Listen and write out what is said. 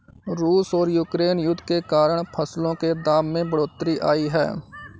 रूस और यूक्रेन युद्ध के कारण फसलों के दाम में बढ़ोतरी आई है